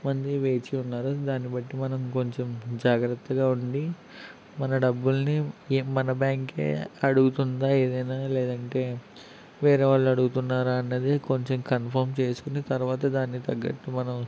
మంది వేచి ఉన్నారు దాని బట్టి మనం కొంచం జాగ్రత్తగా ఉండి మన డబ్బుల్ని మన బ్యాంకే అడుగుతుందా ఏదైన లేదంటే వేరే వాళ్ళు అడుగుతున్నారా అన్నది కొంచం కన్ఫర్మ్ చేసుకొని తర్వాత దానికి తగట్టు మనం